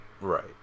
Right